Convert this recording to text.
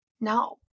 No